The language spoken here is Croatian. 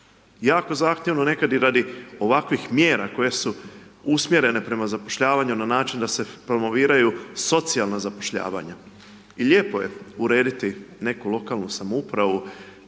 Jako zahtjevno nekad i radi ovakvih mjera koje su usmjerene prema zapošljavanju na način da se promoviraju socijalnu zapošljavanja i lijepo je urediti neku lokalnu samoupravu,